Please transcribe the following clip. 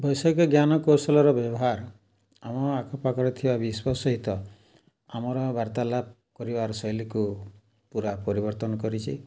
ବୈଷୟିକ ଜ୍ଞାନ କୌଶଳର ବ୍ୟବହାର ଆମ ଆଖପାଖରେ ଥିବା ବିଶ୍ୱ ସହିତ ଆମର ବାର୍ତ୍ତାଲାପ କରିବାର ଶୈଲୀକୁ ପୁରା ପରିବର୍ତ୍ତନ କରିଛି